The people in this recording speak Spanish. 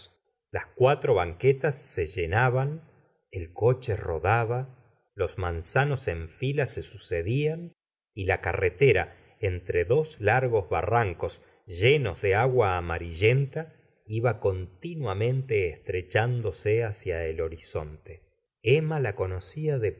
las cuatro banquetas se llenaban el coche rodaba los manzanos en fila se sucedlan y la carretera entre dos largos barrancos llenos de agua amarillenta iba continuamente estrechándose hacia el horizonte emma la conocía de